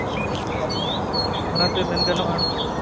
ᱚᱱᱟᱛᱮ ᱢᱮᱱ ᱜᱟᱱᱚᱜᱼᱟ